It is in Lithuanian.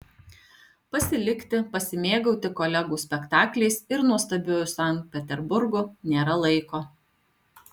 pasilikti pasimėgauti kolegų spektakliais ir nuostabiuoju sankt peterburgu nėra laiko